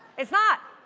it's not!